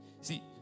See